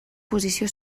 posició